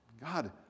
God